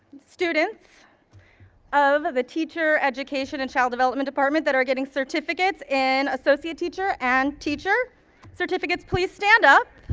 students of of the teacher education and child development department that are getting certificates in associate teacher and teacher certificates, please stand up.